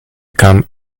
come